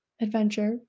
adventure